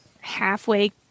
halfway